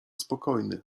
spokojny